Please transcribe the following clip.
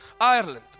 Ireland